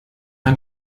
ein